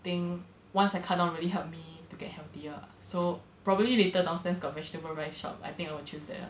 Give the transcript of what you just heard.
thing once I cut really helped me to get healthier so probably later downstairs got vegetable rice shop I think I will choose that ah